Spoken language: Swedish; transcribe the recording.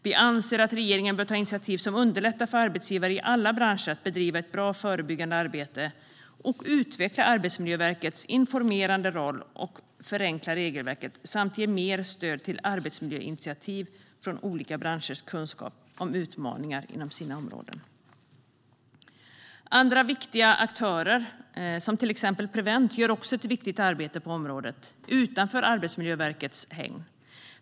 Vi anser att regeringen bör ta initiativ som underlättar för arbetsgivare i alla branscher att bedriva ett bra förebyggande arbete, utvecklar Arbetsmiljöverkets informerande roll och förenklar regelverket samt ger mer stöd till arbetsmiljöinitiativ från olika branscher som drar nytta av sin kunskap om utmaningar inom respektive områden. Andra viktiga aktörer, som till exempel Prevent, gör också ett viktigt arbete på området, utanför Arbetsmiljöverkets hägn.